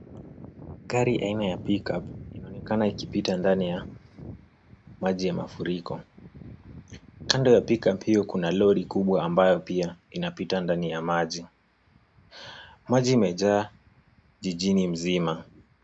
Gari aina ya Pickup , inaonekana ikipita ndani ya maji ya mafuriko. Kando ya Pickup hiyo, kuna lori ambayo pia inapita ndani ya maji. Majii imejaa jijini mzima.